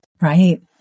Right